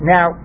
Now